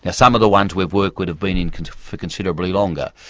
ah some of the ones we've worked with have been in kind of for considerably longer.